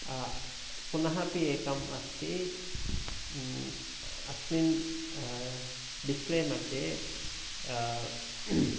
पुनः अपि एकम् अस्ति अस्मिन् डिस्प्ले मध्ये